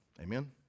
Amen